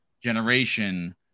generation